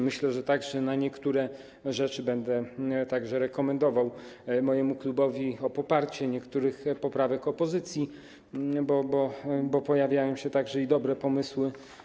Myślę, że jeśli chodzi o niektóre rzeczy, będę także rekomendował mojemu klubowi poparcie niektórych poprawek opozycji, bo pojawiają się także i dobre pomysły.